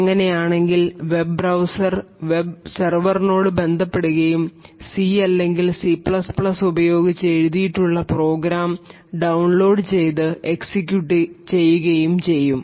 അങ്ങനെയാണെങ്കിൽ web browser web സർവറിനോട് ബന്ധപ്പെടുകയും C അല്ലെങ്കിൽ C ഉപയോഗിച്ച് എഴുതിയിട്ടുള്ള പ്രോഗ്രാം ഡൌൺലോഡ് ചെയ്തു എക്സിക്യൂട്ട്ചെയ്യുകയും ചെയ്യും